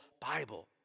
Bible